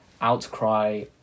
outcry